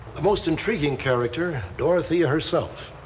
the most intriguing character, dorothea herself.